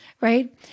Right